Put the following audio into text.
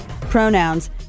pronouns